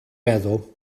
feddwl